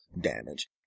damage